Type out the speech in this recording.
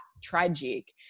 tragic